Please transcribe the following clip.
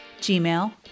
gmail